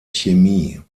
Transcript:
chemie